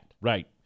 Right